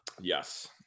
Yes